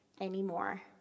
anymore